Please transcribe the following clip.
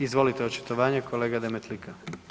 Izvolite očitovanje kolega Demtlika.